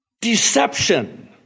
deception